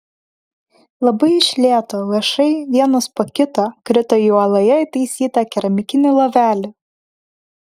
labai iš lėto lašai vienas po kito krito į uoloje įtaisytą keramikinį lovelį